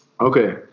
okay